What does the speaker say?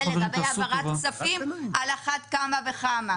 לגבי העברת כספים, על אחת כמה וכמה.